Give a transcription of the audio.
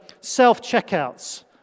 self-checkouts